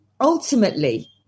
ultimately